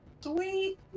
Sweet